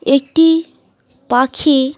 একটি পাখি